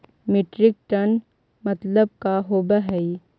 Metric ton मतलब का होव हइ?